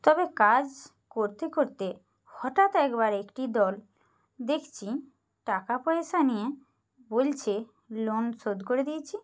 তবে কাজ করতে করতে হঠাৎ একবার একটি দল দেখছি টাকা পয়সা নিয়ে বলছে লোন শোধ করে দিয়েছি